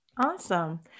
Awesome